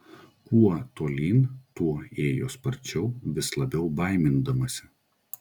kuo tolyn tuo ėjo sparčiau vis labiau baimindamasi